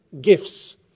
gifts